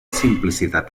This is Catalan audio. simplicitat